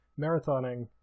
marathoning